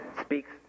speaks